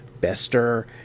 Bester